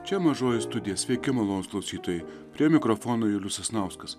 čia mažoji studija sveiki malonūs klausytojai prie mikrofono julius sasnauskas